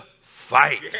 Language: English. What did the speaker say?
fight